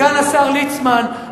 סגן השר ליצמן,